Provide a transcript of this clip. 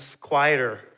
quieter